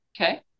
Okay